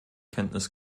kenntnis